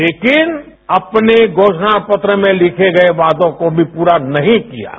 लेकिन अपने घोषणा पत्र में लिखे गये वादों को भी पूरा नहीं किया है